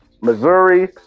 Missouri